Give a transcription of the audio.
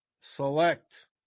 select